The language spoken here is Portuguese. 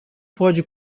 pode